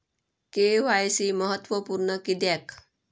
KYC महत्त्वपुर्ण किद्याक?